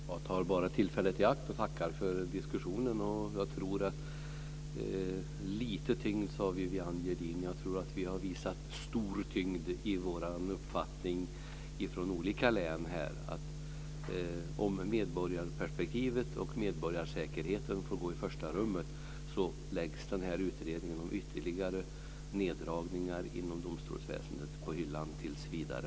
Fru talman! Jag vill bara ta tillfället i akt och tacka för diskussionen. Viviann Gerdin pratade om tyngd. Jag tror att vi från olika län har visat stor tyngd i våra uppfattningar. Om medborgarperspektivet och medborgarsäkerheten får stå i första rummet och om man lyssnar på folket läggs utredningen om ytterligare neddragningar inom domstolsväsendet på hyllan tills vidare.